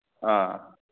ꯑꯥ